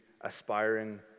aspiring